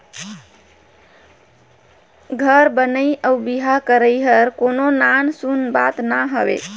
घर बनई अउ बिहा करई हर कोनो नान सून बात ना हवे